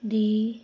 ਦੀ